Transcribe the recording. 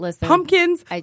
Pumpkins